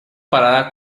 parada